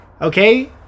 Okay